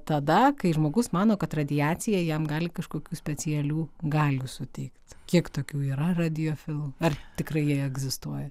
tada kai žmogus mano kad radiacija jam gali kažkokių specialių galių suteikt kiek tokių yra radiofilų ar tikrai jie egzistuoja